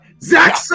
Zach